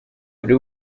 buri